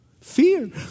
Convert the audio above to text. Fear